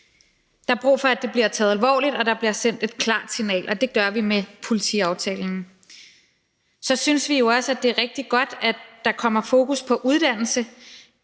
Der er brug for, at det bliver taget alvorligt, og at der bliver sendt et klart signal, og det gør vi med politiaftalen. Så synes vi jo også, det er rigtig godt, at der kommer fokus på uddannelse